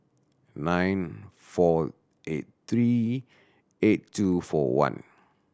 nine four eight three eight two four one